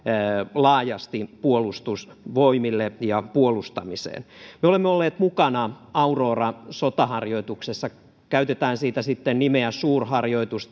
laajasti puolustusvoimille ja puolustamiseen me olemme olleet mukana aurora sotaharjoituksessa käytetään siitä sitten nimeä suurharjoitus